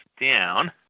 down